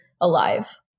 alive